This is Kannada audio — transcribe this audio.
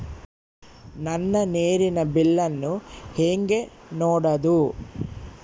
ನನ್ನ ನೇರಿನ ಬಿಲ್ಲನ್ನು ಹೆಂಗ ನೋಡದು?